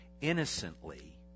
innocently